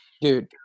dude